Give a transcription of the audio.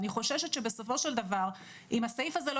אני חוששת שבסופו של דבר אם הסעיף הזה לא